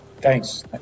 thanks